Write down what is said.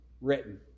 written